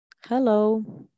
Hello